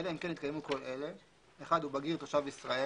אלא אם כן התקיימו כל אלה: (1)הוא בגיר תושב ישראל,